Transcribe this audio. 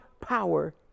power